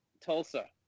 Tulsa